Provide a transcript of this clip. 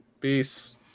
Peace